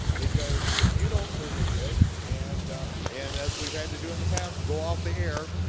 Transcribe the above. because if you don't freely give, and and as we've had to do in the past go off the air,